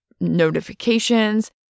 notifications